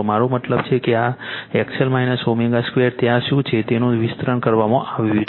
મારો મતલબ છે કે આ XL ω 2 ત્યાં શું છે તેનું વિસ્તરણ કરવામાં આવ્યું છે